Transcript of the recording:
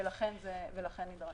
ולכן זה נדרש.